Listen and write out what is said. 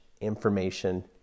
information